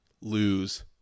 lose